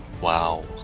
Wow